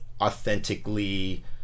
authentically